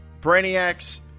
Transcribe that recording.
Brainiacs